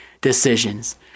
decisions